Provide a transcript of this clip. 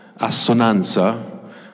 Assonanza